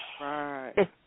right